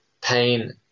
pain